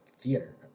theater